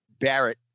Barrett